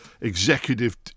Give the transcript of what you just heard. executive